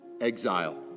exile